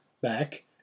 back